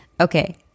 Okay